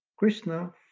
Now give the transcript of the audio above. Krishna